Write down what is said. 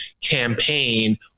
campaign